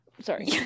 Sorry